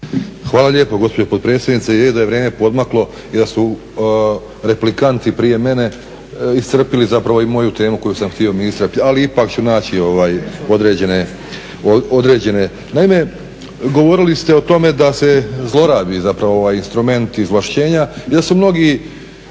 Hvala lijepo gospođo potpredsjednice. Je da je vrijeme podmaklo i da su replikanti prije mene iscrpili zapravo i moju temu koju sam htio ministra pitati, ali ipak ću naći određene. Naime, govorili ste o tome da se zlorabi zapravo ovaj instrument izvlaštenja i da su mnogi